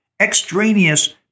Extraneous